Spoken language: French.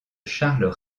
charles